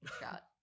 shot